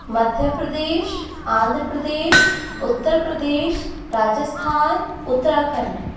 Madhya Pradesh Andhra Pradesh Uttar Pradesh Rajasthan Uttarakhand